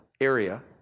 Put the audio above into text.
area